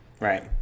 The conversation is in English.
right